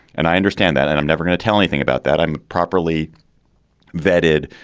and i understand that. and i'm never going to tell anything about that. i'm properly vetted.